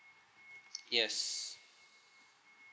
yes